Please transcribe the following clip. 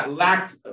lacked